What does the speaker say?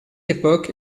époque